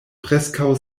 preskaŭ